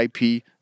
IP